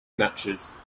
matches